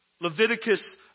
Leviticus